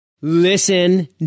Listen